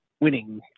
winning